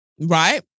Right